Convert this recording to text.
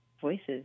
voices